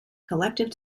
collective